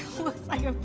looks like a